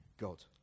God